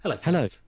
Hello